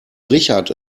richard